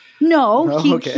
No